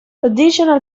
additional